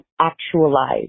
actualize